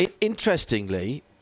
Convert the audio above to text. Interestingly